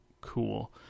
cool